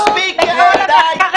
מספיק, די, יעל.